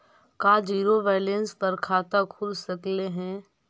का zero balance पर खाता खुल सकले हे?